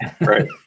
Right